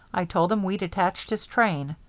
i told him we'd attached his train.